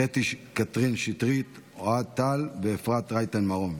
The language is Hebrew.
קטי קטרין שטרית, אוהד טל ואפרת רייטן מרום.